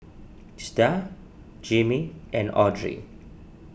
Starr Jimmy and Audrey